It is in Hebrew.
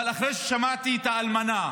אבל אחרי ששמעתי את האלמנה,